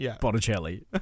Botticelli